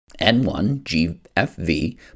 N1GFV